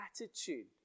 attitude